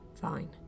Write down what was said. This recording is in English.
fine